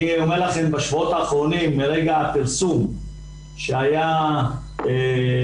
אני אומר לכם שבשבועות האחרונים מרגע הפרסום שהיה בחודשים